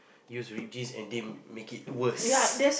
use ripped jeans and deem make it worst